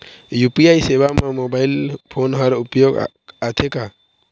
UPI सेवा म mobile phone हर उपयोग आथे का?